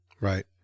Right